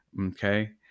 okay